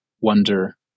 wonder